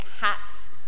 hats